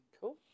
cool